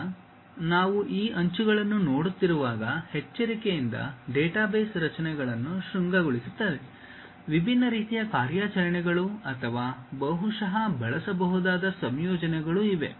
ಈಗ ನಾವು ಈ ಅಂಚುಗಳನ್ನು ನೋಡುತ್ತಿರುವಾಗ ಎಚ್ಚರಿಕೆಯಿಂದ ಡೇಟಾಬೇಸ್ ರಚನೆಗಳನ್ನು ಶೃಂಗಗೊಳಿಸುತ್ತದೆ ವಿಭಿನ್ನ ರೀತಿಯ ಕಾರ್ಯಾಚರಣೆಗಳು ಅಥವಾ ಬಹುಶಃ ಬಳಸಬಹುದಾದ ಸಂಯೋಜನೆಗಳು ಇವೆ